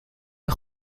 een